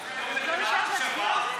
ועדת חקירה.